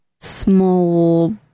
small